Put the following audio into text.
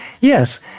Yes